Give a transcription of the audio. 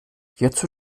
hierzu